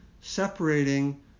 separating